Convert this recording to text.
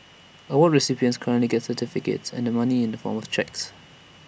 award recipients currently get certificates and the money in the form of cheques